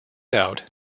out